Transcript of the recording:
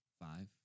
five